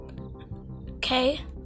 okay